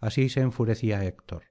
así se enfurecía héctor